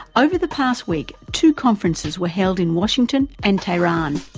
over the past week two conferences were held in washington and tehran.